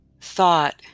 Thought